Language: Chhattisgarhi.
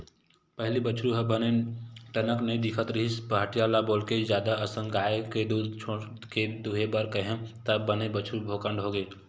पहिली बछरु ह बने टनक नइ दिखत रिहिस पहाटिया ल बोलके जादा असन गाय के दूद छोड़ के दूहे बर केहेंव तब बने बछरु भोकंड होगे